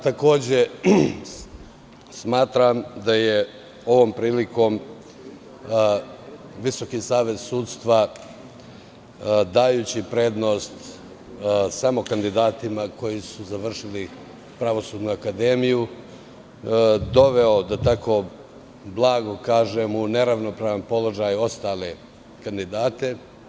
Takođe, smatram da je ovom prilikom Visoki savet sudstva, dajući prednost samo kandidatima koji su završili pravosudnu akademiju, doveo, da tako blago kažem, u neravnopravan položaj ostale kandidate.